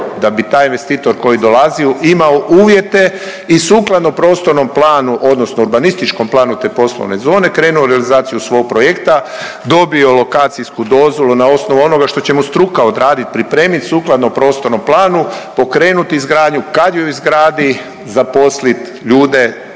da bi taj investitor koji dolazi imao uvjete i sukladno prostornom planu odnosno urbanističkom planu te poslovne zone krenuo u realizaciju svog projekta, dobio lokacijsku dozvolu na osnovu onoga što će mu struka odradit, pripremit sukladno prostornom planu, pokrenut izgradnju, kad ju izgradi zaposlit ljude